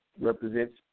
represents